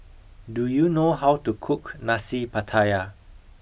do you know how to cook nasi pattaya